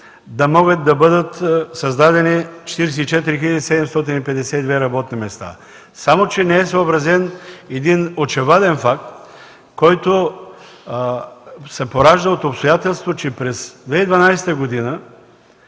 да могат да бъдат създадени 44 752 работни места. Само че не е съобразен един очеваден факт, който се поражда от обстоятелството, че през 2012 г.